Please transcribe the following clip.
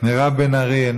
מירב בן ארי,